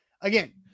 again